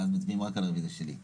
ואז מצביעים רק על הרוויזיה שלי.